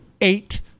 eight